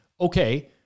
okay